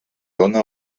dóna